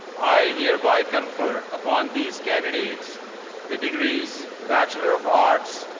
i hereby confer upon these candidates the degrees bachelor of arts,